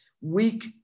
weak